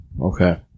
okay